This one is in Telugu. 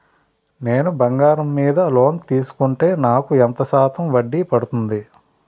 నేను బంగారం మీద లోన్ తీసుకుంటే నాకు ఎంత శాతం వడ్డీ పడుతుంది?